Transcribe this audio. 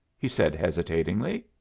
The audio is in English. he said hesitatingly.